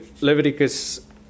Leviticus